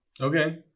Okay